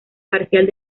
parcial